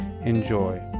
enjoy